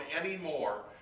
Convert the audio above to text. anymore